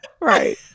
Right